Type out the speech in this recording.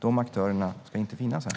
Dessa aktörer ska inte finnas där.